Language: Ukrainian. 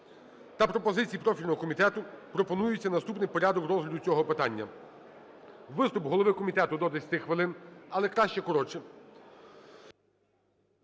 та пропозицій профільного комітету пропонується наступний порядок розгляду цього питання. Виступ голови комітету – до 10 хвилин, але краще коротше;